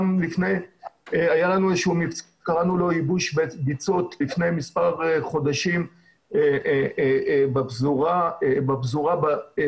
היה לנו מבצע שקראנו לו 'ייבוש ביצות' לפני מספר חודשים בפזורה בדרום,